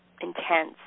intense